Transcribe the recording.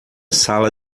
sala